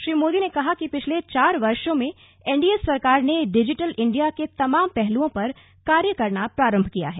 श्री मोदी ने कहा कि पिछले चार वर्षों में एन डी ए सरकार ने डिजिटल इंडिया के तमाम पहलुओं पर कार्य करना प्रारंभ किया है